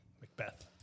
Macbeth